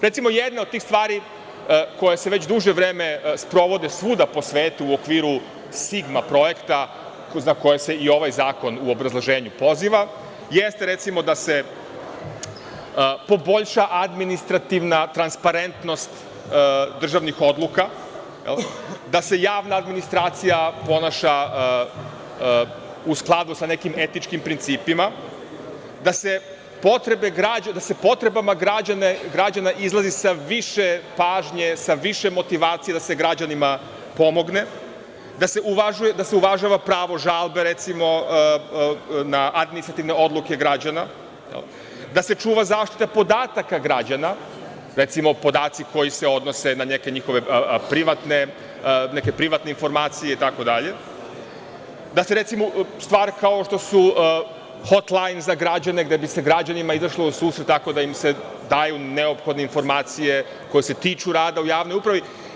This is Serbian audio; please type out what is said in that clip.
Recimo, jedna od tih stvari, koja se već duže vreme sprovodi svuda po svetu u okviru Sigma projekta, na koje se i ovaj zakon u obrazloženju poziva, jeste, recimo, da se poboljša administrativna transparentnost državnih odluka, da se javna administracija ponaša u skladu sa nekim etičkim principima, da se potrebama građana izlazi sa više pažnje, sa više motivacije da se građanima pomogne, da se uvažava pravo žalbe na administrativne odluke građana, da se čuva zaštita podataka građana, recimo, podaci koji se odnose na neke njihove privatne informacije itd, da se recimo, stvari kao što su hotlajn za građane, gde bi se građanima izašlo u susret tako da im se daju neophodne informacije koje se tiču rada u javnoj upravi.